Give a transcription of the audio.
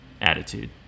attitude